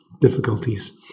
Difficulties